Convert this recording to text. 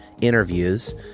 interviews